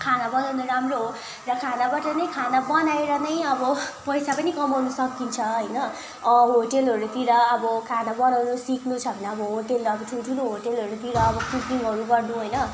खाना बनाउनु राम्रो हो र खानाबाट नै खाना बनाएर नै अब पैसा पनि कमाउनु सकिन्छ होइन अँ होटलहरूतिर अब खाना बनाउनु सिक्नु छ भने अब होटलहरू ठुल्ठुलो होटलहरूतिर अब कुकिङहरू गर्नु होइन